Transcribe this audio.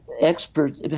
experts